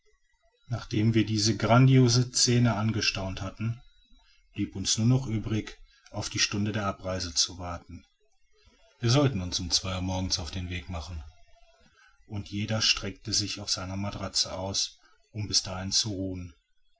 nachdem wir diese grandiose scene angestaunt hatten blieb uns nur noch übrig auf die stunde der abreise zu warten wir sollten uns um zwei uhr morgens auf den weg machen und jeder streckte sich auf seiner matratze aus um bis dahin zu ruhen